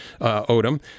Odom